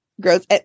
gross